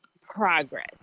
progress